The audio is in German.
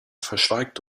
verschweigt